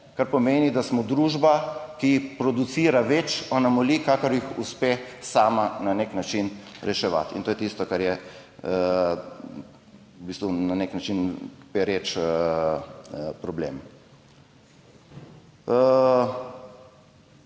Kar pomeni, da smo družba, ki producira več anomalij, kakor jih uspe sama na nek način reševati, in to je tisto, kar je v bistvu na nek način pereč problem.